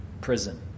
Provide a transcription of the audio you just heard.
prison